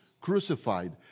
crucified